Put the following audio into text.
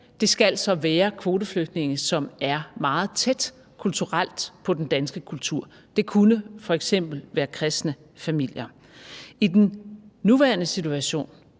tage, skal være kvoteflygtninge, som er meget tæt kulturelt på den danske kultur. Det kunne f.eks. være kristne familier. I den nuværende situation